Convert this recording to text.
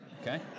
Okay